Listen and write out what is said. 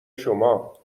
شما